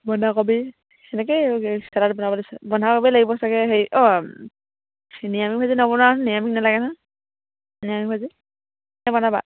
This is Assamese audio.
বন্ধাকবি সেনেকেই চালাড বনাবলে বন্ধাকবি লাগিব চাগে হেৰি অঁ নিৰামিষ ভাজি নবনা নিৰামিষ নালাগে নহয় নিৰামিষ ভাজি নে বনাবা